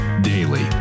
daily